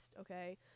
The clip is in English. okay